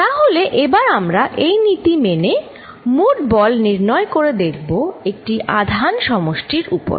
তাহলে এবার আমরা এই নীতি মেনে মোট বল নির্ণয় করে দেখব একটি আধান সমষ্টির উপর